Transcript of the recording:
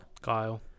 Kyle